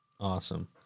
Awesome